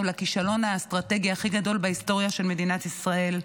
לכישלון האסטרטגי הכי גדול בהיסטוריה של מדינת ישראל.